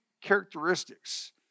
characteristics